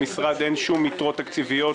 למשרד אין שום יתרות תקציביות.